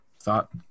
thought